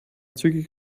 zügig